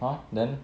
!huh! then